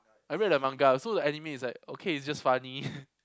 I read that manga so the anime is like okay it's just funny